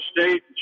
State